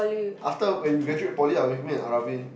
after when we graduate Poly lah with me and Aravin